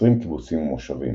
ועשרים קיבוצים ומושבים,